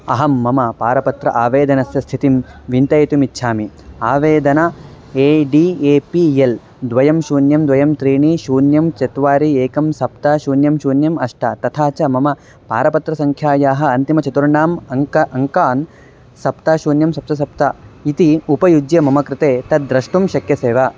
अहं मम पारपत्र आवेदनस्य स्थितिं विन्तयितुमिच्छामि आवेदन A D A P L द्वे शून्यं द्वे त्रीणि शून्यं चत्वारि एकं सप्त शून्यं शून्यम् अष्ट तथा च मम पारपत्रसङ्ख्यायाः अन्तिमचतुर्णाम् अङ्क अङ्कान् सप्त शून्यं सप्त सप्त इति उपयुज्य मम कृते तद्द्रष्टुं शक्यसे वा